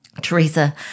Teresa